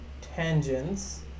tangents